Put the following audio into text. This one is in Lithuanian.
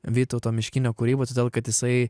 vytauto miškinio kūryba todėl kad jisai